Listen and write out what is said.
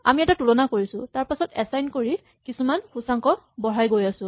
আমি এটা তুলনা কৰিছো তাৰপাছত এচাইন কৰি কিছুমান সূচাংক বঢ়াই গৈ আছো